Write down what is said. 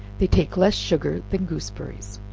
they take less sugar than gooseberries.